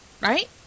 Right